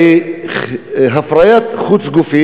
הרי הפריה חוץ-גופית,